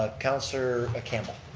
ah councilor campbell.